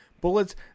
Bullets